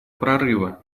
прорыва